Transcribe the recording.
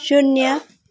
शून्य